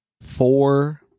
Four